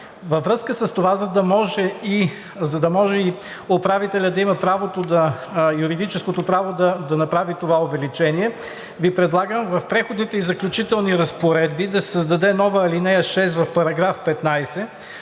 Във връзка с това, за да може и управителят да има юридическото право да направи това увеличение, Ви предлагам в Преходните и заключителните разпоредби да се създаде нова ал. 6 в § 15